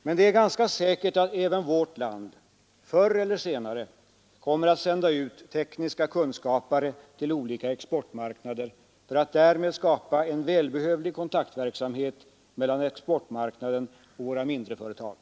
Men det är ganska säkert att även vårt land — förr eller senare — kommer att sända ut tekniska kunskapare till olika exportmarknader för att därmed skapa en välbehövlig kontaktverksamhet mellan exportmarknaden och våra mindreföretag.